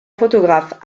photographe